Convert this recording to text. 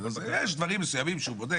יש דברים מסוימים שהוא בודק,